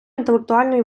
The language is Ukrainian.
інтелектуальної